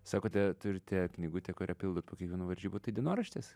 sakote turite knygutę kurią pildot po kiekvienų varžybų tai dienoraštis